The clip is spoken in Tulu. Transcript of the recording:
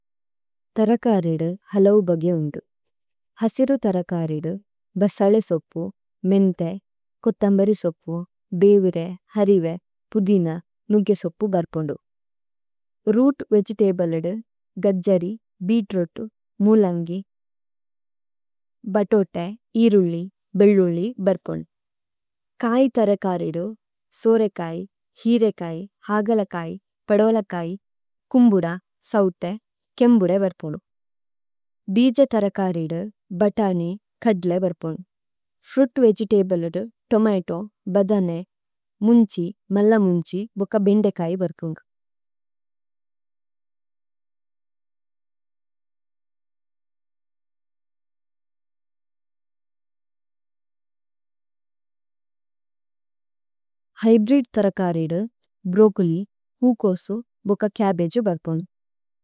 തരകാരിദ ഹലവബഗിയവനദദദദദദദദദദദദദദദദദദദദദദദദദദദദദദദദദദദദദദദദദദദദദദദദദദദദദദദദദ� ഹലവബഗിയവനദദദദദദദദദദദദദദദദദദദദദദദദദദദദദദദദദദദദദദദദദദദദദദദദദദദദദദദദദദദദദദദദ� ബിജയ തരകാരിദു ഭടാനെ, ഖഡ്ലേ വര്പണു ഫ്രൂട് വേജിടേബല്ലിദു ടോമായ്ടോന്നെ, ബദനെ, മുഞ്ചി, മല്ലമുഞ്ചി, ഒക ബെംഡെകായ്വുര്പുംദു ഹ്യ്ബ്രിദ് ഥരകരിദു, ബ്രോചോലി, കൂ കോസു, ബോക ചബ്ബഗേ വര്പലു।